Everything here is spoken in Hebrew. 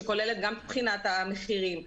שכוללת את בחינת המחירים,